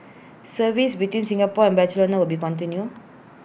services between Singapore and Barcelona will be continue